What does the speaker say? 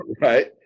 Right